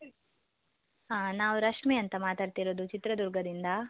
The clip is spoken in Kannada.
ಹಾಂ ನಾವು ರಶ್ಮಿ ಅಂತ ಮಾತಾಡ್ತಿರೋದು ಚಿತ್ರದುರ್ಗದಿಂದ